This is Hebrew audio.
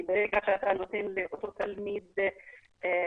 כי ברגע שאתה נותן לכל תלמיד מיומנויות